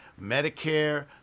Medicare